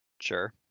Sure